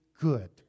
good